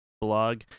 blog